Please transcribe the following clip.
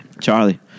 Charlie